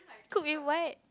cook with what